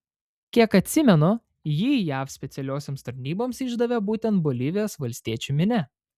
kiek atsimenu jį jav specialiosioms tarnyboms išdavė būtent bolivijos valstiečių minia